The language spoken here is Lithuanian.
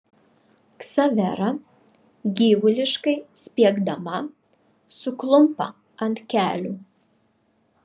ksavera gyvuliškai spiegdama suklumpa ant kelių